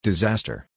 Disaster